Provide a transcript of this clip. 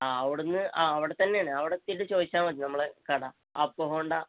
ആ അവിടുന്ന് ആ അവിടെത്തന്നെയാണ് അവിടെ എത്തിയിട്ട് ചോദിച്ചാൽ മതി നമ്മൾ കട ആപ്പ ഹോണ്ട